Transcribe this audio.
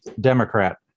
Democrat